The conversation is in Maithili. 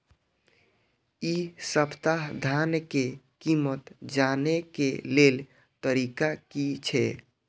इ सप्ताह धान के कीमत जाने के लेल तरीका की छे?